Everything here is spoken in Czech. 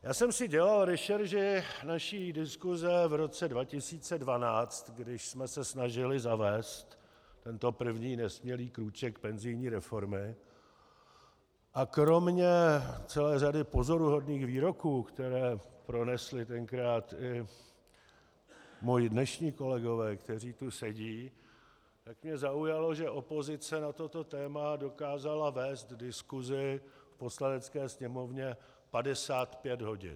Dělal jsem si rešerši naší diskuse v roce 2012, kdy jsme se snažili zavést tento první nesmělý krůček penzijní reformy, a kromě celé řady pozoruhodných výroků, které pronesli tenkrát i moji dnešní kolegové, kteří tu sedí, mě zaujalo, že opozice na toto téma dokázala vést diskusi v Poslanecké sněmovně 55 hodin.